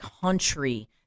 country